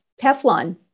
Teflon